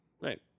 Right